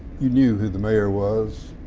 you knew who the mayor was.